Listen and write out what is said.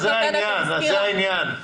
זה העניין.